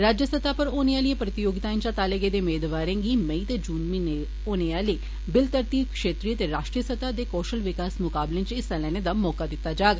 राज्य सतह पर होने आलियें प्रतियोगिताएं चा ताले गेदे मेदवारें गी मेई ते जून जुलाई म्हीने होने आले बिलतरतीब क्षेत्रीय ते राष्ट्रीय सतह दे कौशल विकास मुकाबलें च हिस्सा लैने दा मौका दिता जाग